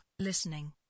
Listening